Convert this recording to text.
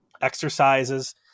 exercises